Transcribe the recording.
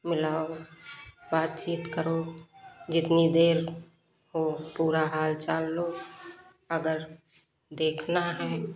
मिलाओ बातचीत करो जितनी हो पूरा हाल चाल लो अगर देखना है